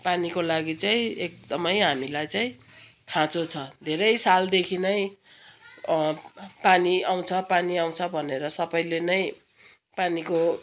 पानीको लागि चाहिँ एकदमै हामीलाई चाहिँ खाँचो छ धेरै सालदेखि नै पानी आउँछ पानी आउँछ भनेर सबैले नै पानीको